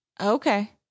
Okay